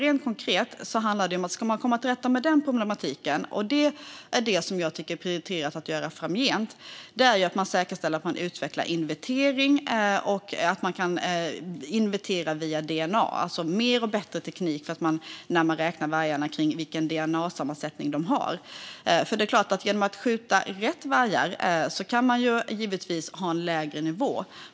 Rent konkret handlar det om att för att komma till rätta med den problematiken, vilket jag tycker är prioriterat att göra framgent, måste man säkerställa att man utvecklar inventeringen så att man kan inventera via dna - alltså mer och bättre teknik så att man kan räkna vargarna utifrån vilken dna-sammansättning de har. Genom att skjuta rätt vargar kan man givetvis ha en lägre nivå.